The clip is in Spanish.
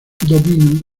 dominan